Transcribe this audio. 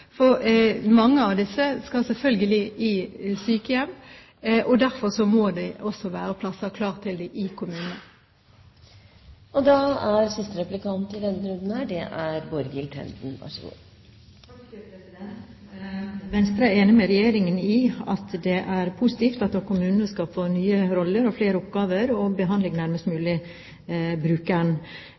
for mange av disse pasientene skal selvfølgelig i sykehjem. Derfor må det også være plasser klar til dem i kommunene. Venstre er enig med Regjeringen i at det er positivt at kommunene skal få nye roller og flere oppgaver – behandling nærmest mulig